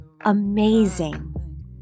amazing